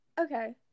Okay